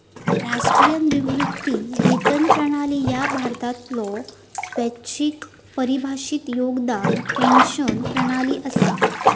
राष्ट्रीय निवृत्ती वेतन प्रणाली ह्या भारतातलो स्वैच्छिक परिभाषित योगदान पेन्शन प्रणाली असा